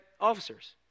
officers